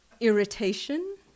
Irritation